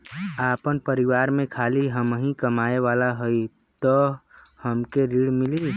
आपन परिवार में खाली हमहीं कमाये वाला हई तह हमके ऋण मिली?